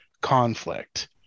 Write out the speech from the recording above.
conflict